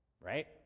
right